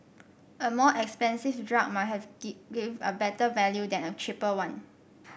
a more expensive drug might have give a better value than a cheaper one